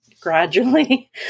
gradually